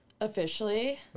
Officially